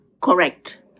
Correct